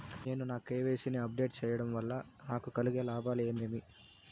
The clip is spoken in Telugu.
నేను నా కె.వై.సి ని అప్ డేట్ సేయడం వల్ల నాకు కలిగే లాభాలు ఏమేమీ?